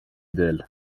teel